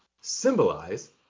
symbolize